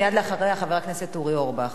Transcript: מייד לאחריה, חבר הכנסת אורי אורבך,